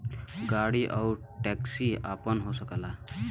गाड़ी आउर टैक्सी आपन हो सकला